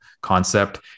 concept